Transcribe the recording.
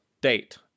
date